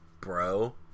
Bro